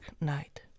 night